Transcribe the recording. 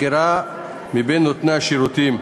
בחירה מבין נותני השירותים.